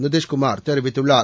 நிதிஷ்குமார் தெரிவித்துள்ளார்